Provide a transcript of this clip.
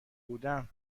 بودم